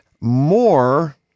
more